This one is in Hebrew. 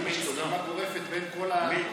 ואם יש הסכמה גורפת בין כל הצדדים,